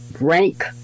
rank